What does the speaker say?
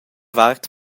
vart